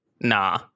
Nah